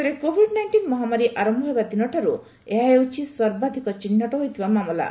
ଦେଶରେ COVID nineteen ମହାମାରୀ ଆରମ୍ଭ ହେବା ଦିନଠାରୁ ଏହା ହେଉଛି ସର୍ବାଧିକ ଚିହ୍ଟ ହୋଇଥିବା ମାମଲା